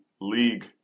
league